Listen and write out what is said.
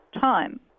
time